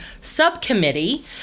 subcommittee